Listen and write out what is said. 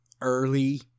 early